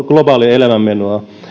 globaalia elämänmenoa